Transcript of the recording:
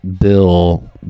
bill